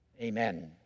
amen